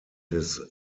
des